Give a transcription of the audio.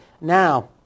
Now